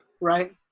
Right